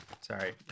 Sorry